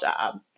job